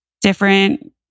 different